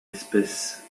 espèce